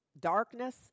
darkness